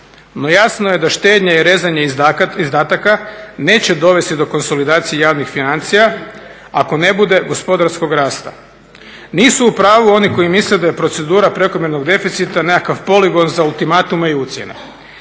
No jasno je da štednja i rezanje izdataka neće dovesti do konsolidacije javnih financija ako ne bude gospodarskog rasta. Nisu u pravu oni koji misle da je procedura prekomjernog deficita nekakav poligon za ultimatume i ucjene.